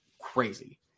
crazy